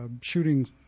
shooting